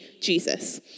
Jesus